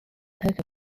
poker